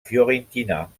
fiorentina